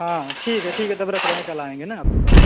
हाँ ठीक है ठीक है तो अब रख रहे हैं कल आएँगे ना आपके पास